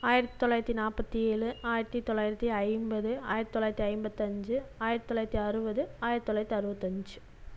ஆயிரத் தொள்ளாயிரத்தி நாற்பத்தி ஏழு ஆயிரத்தி தொள்ளாயிரத்தி ஐம்பது ஆயிரத்தி தொள்ளாயிரத்தி ஐம்பத்தஞ்சு ஆயிரத்தி தொள்ளாயிரத்தி அறுபது ஆயிரத்தி தொள்ளாயிரத்தி அறுபத்தஞ்சி